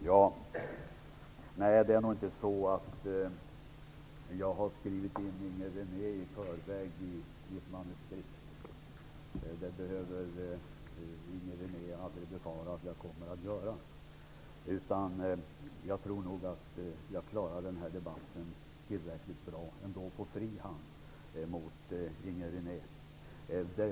Herr talman! Nej, jag har inte skrivit in mina repliker till Inger René i förväg i mitt manuskript, och hon behöver inte heller befara att jag kommer att göra det. Jag tror att jag klarar att föra denna debatt med Inger René tillräcklig bra på fri hand.